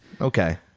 Okay